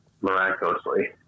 miraculously